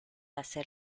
hacer